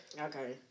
Okay